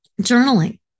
Journaling